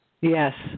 Yes